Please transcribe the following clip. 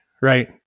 right